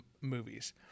movies